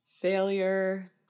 failure